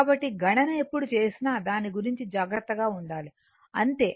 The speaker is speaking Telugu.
కాబట్టి గణన ఎప్పుడు చేసినా దాని గురించి జాగ్రత్తగా ఉండాలి అంతే